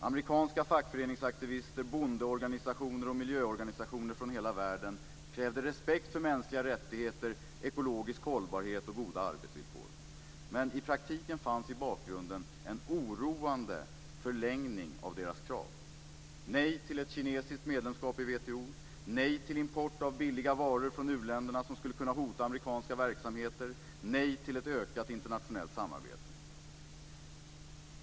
Amerikanska fackföreningsaktivister, bondeorganisationer och miljöorganisationer från hela världen krävde respekt för mänskliga rättigheter, ekologisk hållbarhet och goda arbetsvillkor. Men i praktiken fanns i bakgrunden en oroande förlängning av deras krav: Nej till ett kinesiskt medlemskap i WTO, nej till import av billiga varor från u-länderna som skulle kunna hota amerikanska verksamheter, nej till ett ökat internationellt samarbete.